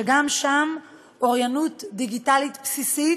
שם גם אוריינות דיגיטלית בסיסית